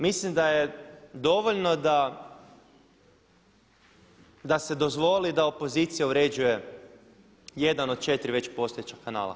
Mislim da je dovoljno da se dozvoli da opozicija uređuje jedan od četiri već postojeća kanala.